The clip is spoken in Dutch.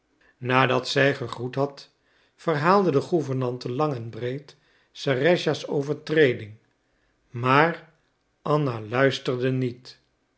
nadat zij gegroet had verhaalde de gouvernante lang en breed serëscha's overtreding maar anna luisterde niet